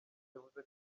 yavuze